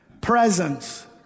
presence